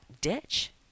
ditch